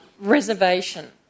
reservation